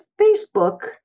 Facebook